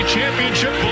Championship